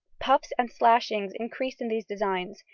puffs and slashings increased in these designs,